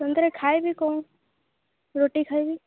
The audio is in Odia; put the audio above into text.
ସେମିତିରେ ଖାଇବି କ'ଣ ରୁଟି ଖାଇବି